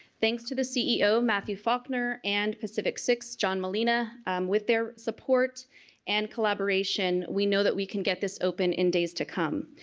thanks to the ceo matthew faulkner and pacific six john molina with their support and collaboration we know that we can get this open in days to come.